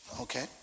okay